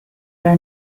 are